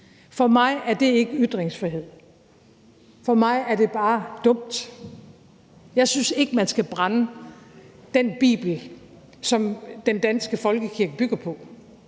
For mig er det ikke ytringsfrihed. For mig er det bare dumt. Jeg synes ikke, man skal brænde den bibel, som den danske folkekirke bygger på,